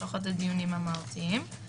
לפחות הדיונים המהותיים.